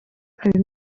hari